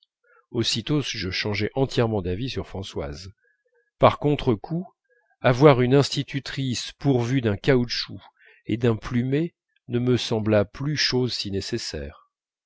aussitôt je changeai entièrement d'avis sur françoise par contre-coup avoir une institutrice pourvue d'un caoutchouc et d'un plumet ne me sembla plus chose si nécessaire